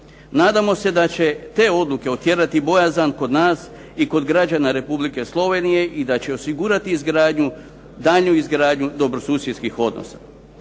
Nadamo se da će te odluke otjerati bojazan kod nas i kod građana Republike Slovenije i da će osigurati daljnju izgradnju dobrosusjedskih odnosa.